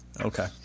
Okay